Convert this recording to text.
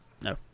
No